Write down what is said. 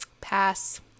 Pass